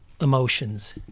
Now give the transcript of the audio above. emotions